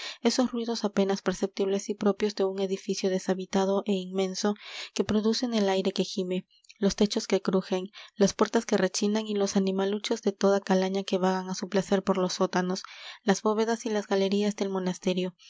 esos ruidos apenas perceptibles y propios de un edificio deshabitado é inmenso que producen el aire que gime los techos que crujen las puertas que rechinan y los animaluchos de toda calaña que vagan á su placer por los sótanos las bóvedas y las galerías del monasterio